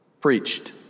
preached